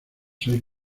seis